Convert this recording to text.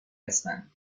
هستند